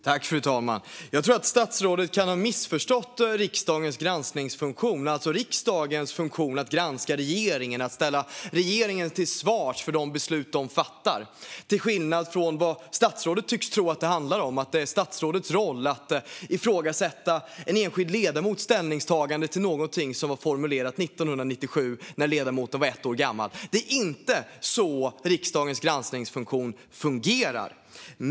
Fru talman! Jag tror att statsrådet kan ha missförstått riksdagens granskningsfunktion, alltså riksdagens funktion att granska regeringen och att ställa regeringen till svars för de beslut som den fattar. Detta till skillnad från vad statsrådet tycks tro att det handlar om, att det är statsrådets roll att ifrågasätta en enskild ledamots ställningstagande till någonting som var formulerat 1997 när ledamoten var ett år gammal. Det är inte så riksdagens granskningsfunktion fungerar.